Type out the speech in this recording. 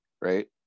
right